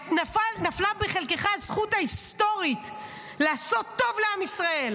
נפלה בחלקך הזכות ההיסטורית לעשות טוב לעם ישראל,